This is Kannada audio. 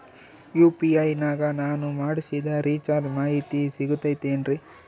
ಯು.ಪಿ.ಐ ನಾಗ ನಾನು ಮಾಡಿಸಿದ ರಿಚಾರ್ಜ್ ಮಾಹಿತಿ ಸಿಗುತೈತೇನ್ರಿ?